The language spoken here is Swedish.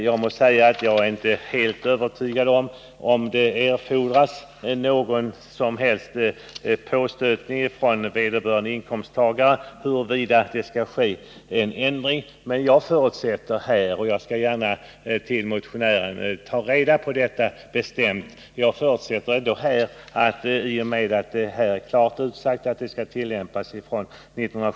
Jag måste säga att jag inte är helt övertygad om att det erfordras någon påstötning från vederbörande inkomsttagare i de fall då det skall företas någon ändring av skatten.